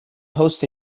hosts